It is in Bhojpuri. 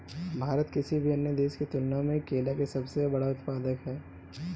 भारत किसी भी अन्य देश की तुलना में केला के सबसे बड़ा उत्पादक ह